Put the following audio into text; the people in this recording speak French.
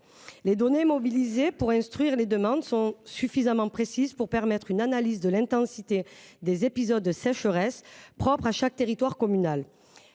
Les données mobilisées pour instruire les demandes sont suffisamment précises pour permettre une analyse de l’intensité des épisodes de sécheresse propre à chaque territoire communal.